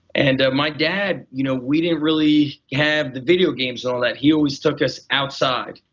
and ah my dad, you know we didn't really have the videogames and all that. he always took us outside.